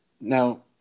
Now